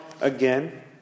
again